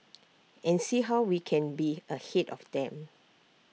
and see how we can be ahead of them